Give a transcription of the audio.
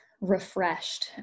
refreshed